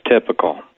typical